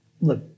look